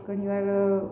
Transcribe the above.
ઘણીવાર